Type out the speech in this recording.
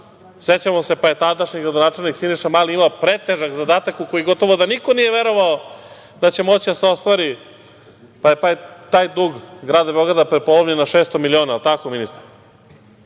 sećamo se pa je tadašnji gradonačelnik Siniša Mali imao pretežak zadatak u koji gotovo da niko nije verovao da će moći da se ostvari, pa je taj dug Grada Beograda prepolovljen na 600 miliona, jel tako ministre? Sećamo